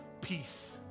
peace